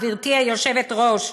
גברתי היושבת-ראש.